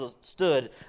stood